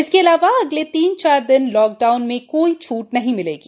इसके अलावाअगले तीन चार दिन लॉक डाउन में कोई छूट नहीं मिलेगी